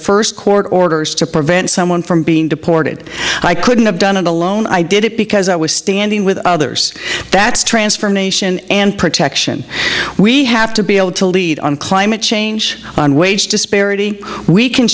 first court orders to prevent someone from being deported i couldn't have done it alone i did it because i was standing with others that's transformation and protection we have to be able to lead on climate change and wage disparity we can